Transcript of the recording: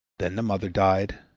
then the mother died.